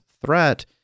threat